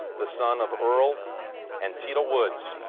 the son of earl and tida woods,